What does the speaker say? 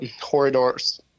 corridors